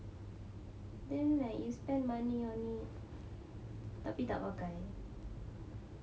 then like you spend money on it tapi tak pakai